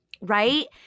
right